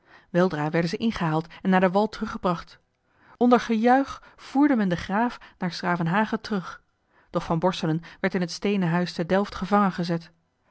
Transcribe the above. weldra werden zij ingehaald en naar den wal teruggebracht onder gejuich voerde men den graaf naar s gravenhage terug doch van borselen werd in het steenen huis te delft gevangen gezet